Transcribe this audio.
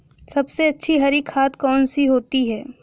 सबसे अच्छी हरी खाद कौन सी होती है?